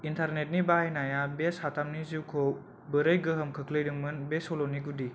इन्टारनेटनि बाहायनाया बे साथामनि जिउखौ बोरै गोहोम खोख्लैदोंमोन बे सल'नि गुदि